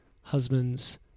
husbands